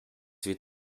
wird